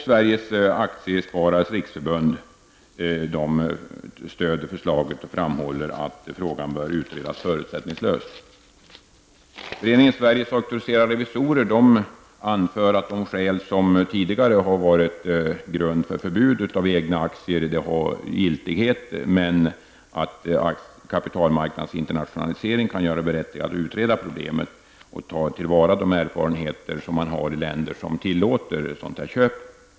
Sveriges aktiesparares riksförbund stöder också förslaget och framhåller att frågan bör utredas förutsättningslöst. Föreningen auktoriserade revisorer anför att de skäl som tidigare utgjort grund för förbud mot förvärv av egna aktier fortfarande äger giltighet men att kapitalmarknadens internationalisering kan göra det berättigat att utreda problemen och ta till vara de erfarenheter man har i de länder som tillåter sådana köp.